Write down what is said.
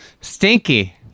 Stinky